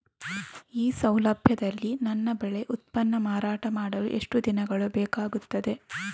ಈ ಸೌಲಭ್ಯದಲ್ಲಿ ನನ್ನ ಬೆಳೆ ಉತ್ಪನ್ನ ಮಾರಾಟ ಮಾಡಲು ಎಷ್ಟು ದಿನಗಳು ಬೇಕಾಗುತ್ತದೆ?